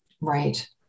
Right